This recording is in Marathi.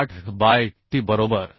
88 बाय t बरोबर